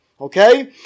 okay